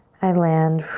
i land